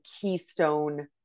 keystone